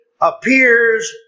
appears